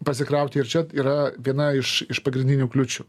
pasikrauti ir čia yra viena iš iš pagrindinių kliūčių